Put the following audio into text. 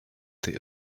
they